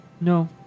No